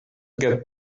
get